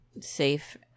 safe